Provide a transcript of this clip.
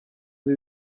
sie